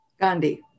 Gandhi